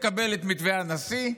תקבל את מתווה הנשיא,